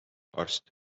arst